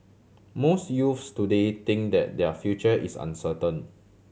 most youths today think that their future is uncertain